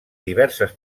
diverses